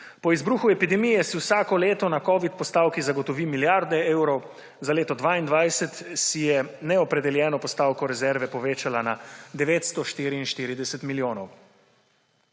Po izbruhu epidemije si vsako leto na covid postavki zagotovi milijarde evrov, za leto 2022 si je neopredeljeno postavko rezerve povečala na 944 milijonov.